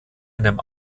einem